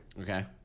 Okay